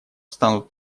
станут